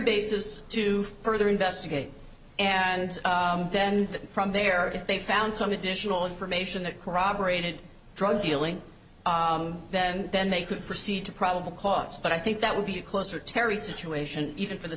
basis to further investigate and then from there if they found some additional information that corroborated drug dealing then then they could proceed to probable cause but i think that would be a closer terri situation even for the